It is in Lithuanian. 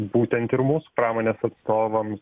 būtent ir mūsų pramonės atstovams